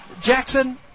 Jackson